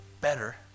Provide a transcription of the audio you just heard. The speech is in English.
better